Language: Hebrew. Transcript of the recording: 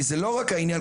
כי זה לא רק העניין,